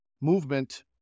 movement